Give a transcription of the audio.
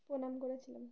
প্রণাম করেছিলাম